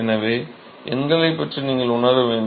எனவே எண்களைப் பற்றி நீங்கள்உணர வேண்டும்